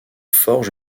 forge